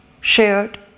shared